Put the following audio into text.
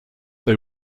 they